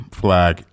flag